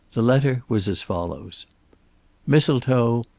the letter was as follows mistletoe,